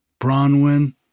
Bronwyn